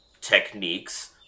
techniques